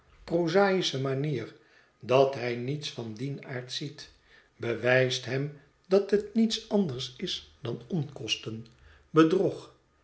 huis manier dat iüj niets van dien aard ziet bewijst hem dat het niets anders is dan onkosten